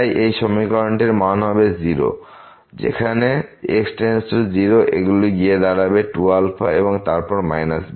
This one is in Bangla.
তাই এই সমীকরণটির মান হবে 0 যেখানে x→0 তখন এগুলি দাঁড়াবে 2 এবং তারপর β